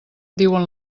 diuen